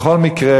בכל מקרה,